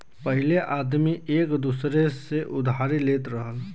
पहिले आदमी एक दूसर से उधारी लेत रहल